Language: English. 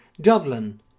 Dublin